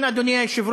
לכן, אדוני היושב-ראש,